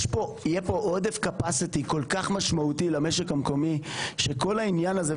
יהיה פה עודף קפסיטי כל כך משמעותי למשק המקומי שכל העניין הזה,